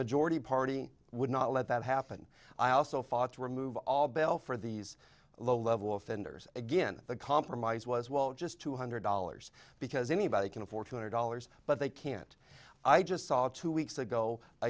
majority party would not let that happen i also fought to remove all bail for these low level offenders again the compromise was well just two hundred dollars because anybody can afford two hundred dollars but they can't i just saw two weeks ago a